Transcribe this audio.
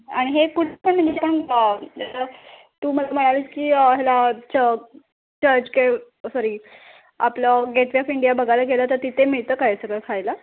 आणि हे कुठं पण मिटन पाव जसं तू मला म्हणालीस की ह्याला चं चर्चगे सॉरी आपलं गेट वे ऑफ इंडिया बघायला गेलं तर तिथे मिळतं का हे सगळं खायला